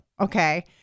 Okay